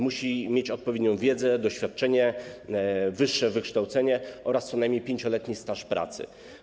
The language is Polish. Musi mieć odpowiednią wiedzę, doświadczenie, wyższe wykształcenie oraz co najmniej 5-letni staż pracy.